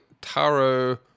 Taro